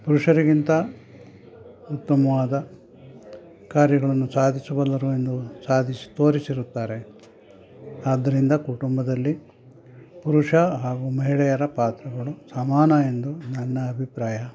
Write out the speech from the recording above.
ಪುರುಷರಿಗಿಂತ ಉತ್ತಮವಾದ ಕಾರ್ಯಗಳನ್ನು ಸಾಧಿಸಬಲ್ಲರು ಎಂದು ಸಾಧಿಸಿ ತೋರಿಸಿರುತ್ತಾರೆ ಆದ್ದರಿಂದ ಕುಟುಂಬದಲ್ಲಿ ಪುರುಷ ಹಾಗೂ ಮಹಿಳೆಯರ ಪಾತ್ರಗಳು ಸಮಾನ ಎಂದು ನನ್ನ ಅಭಿಪ್ರಾಯ